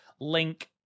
link